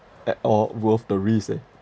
at all worth the risk eh